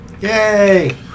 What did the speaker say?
Yay